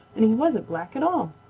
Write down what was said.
and he wasn't black at all.